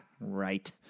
right